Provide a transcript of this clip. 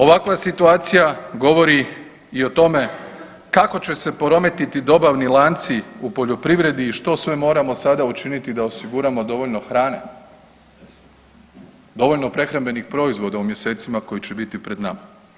Ovakva situacija govori i o tome kako će se poremetiti dobavni lanci u poljoprivredi i što sve moramo sada učiniti da osiguramo dovoljno hrane, dovoljno prehrambenih proizvoda u mjesecima koji će biti pred nama.